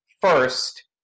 first